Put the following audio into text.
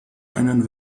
einen